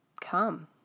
come